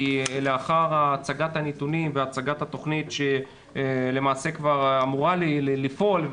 כי לאחר הצגת הנתונים והצגת התוכנית שלמעשה כבר אמורה לפעול,